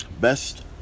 best